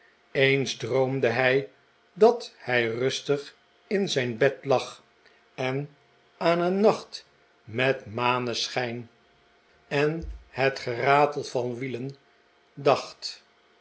eens droomde hij dat hij rustig in zijn bed lag en aan een nacht met maneschijn en het geratel van wielen dacht